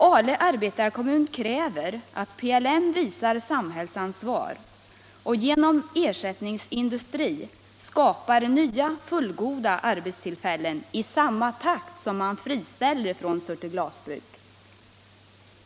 Ale arbetarekommun kräver att PLM visar samhällsansvar och genom ersättningsindustri skapar nya fullgoda arbetstillfällen i samma takt som man friställer från Surte Glasbruk.